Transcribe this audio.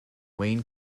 wayne